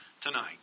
tonight